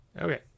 Okay